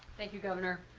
thank you, governor.